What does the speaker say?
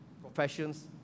professions